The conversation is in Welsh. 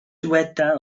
dyweda